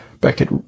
Beckett